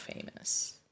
famous